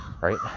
right